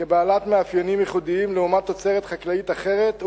כבעלת מאפיינים ייחודיים לעומת תוצרת חקלאית אחרת,